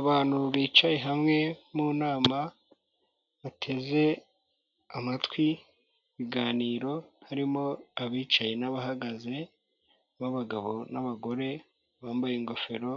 Abantu bicaye hamwe mu nama bateze amatwi ibiganiro harimo abicaye n'abahagaze b'abagabo n'abagore, bambaye ingofero,